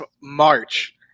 March